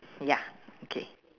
ya okay